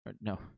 No